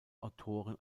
autoren